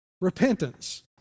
repentance